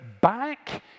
back